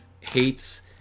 hates